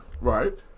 Right